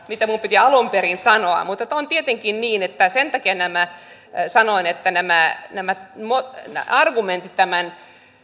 mitä minun piti alun perin sanoa mutta on tietenkin niin että sen takia sanoin että nämä nämä argumentit tämän